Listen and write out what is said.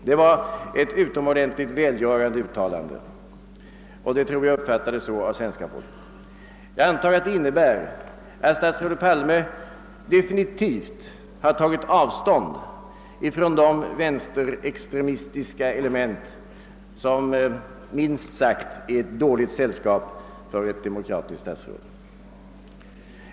Det var ett utomordentligt välgörande uttalande, och det uppfattades säkerligen så av svenska folket. Jag antar att detta uttalande innebär att statsrådet Palme definitivt har tagit avstånd från de vänsterextremistiska element, som är ett minst sagt dåligt sällskap för ett demokratiskt statsråd.